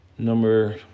Number